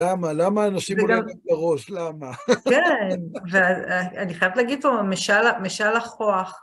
למה? למה אנשים הולמים בראש? למה? כן, ואני חייבת להגיד פה, משל החוח.